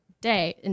day